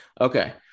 Okay